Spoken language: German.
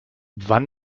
wann